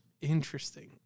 interesting